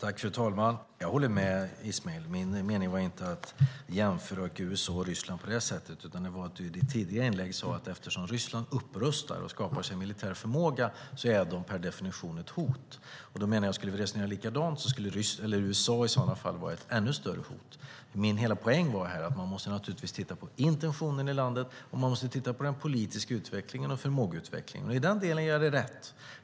Fru talman! Jag håller med Ismail. Min avsikt var inte att jämföra USA och Ryssland på det sättet. Du sade i ditt tidigare inlägg att eftersom Ryssland upprustar och skapar militär förmåga är det per definition ett hot. Skulle vi resonera likadant så skulle USA i sådana fall vara ett ännu större hot. Min hela poäng var att man naturligtvis måste titta på intentionen i landet, den politiska utvecklingen och förmågeutvecklingen. I den delen ger jag dig rätt.